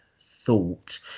thought